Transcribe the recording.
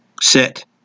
Sit